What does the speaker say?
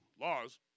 laws